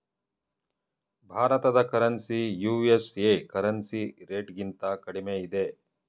ಭಾರತದ currency USA currency ರೇಟ್ಗಿಂತ ಕಡಿಮೆ ಇದೆ